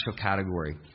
category